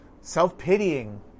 self-pitying